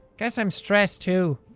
guess i'm stressed too.